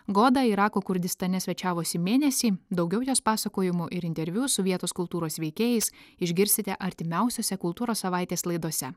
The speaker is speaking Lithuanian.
goda irako kurdistane svečiavosi mėnesį daugiau jos pasakojimų ir interviu su vietos kultūros veikėjais išgirsite artimiausiose kultūros savaitės laidose